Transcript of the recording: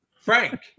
Frank